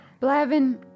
Blavin